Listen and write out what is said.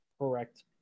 correct